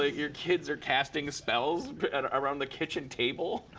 ah your kids are casting spells around the kitchen table.